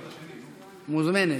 מוזמנת.